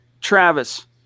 Travis